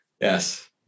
Yes